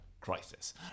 crisis